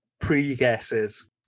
pre-guesses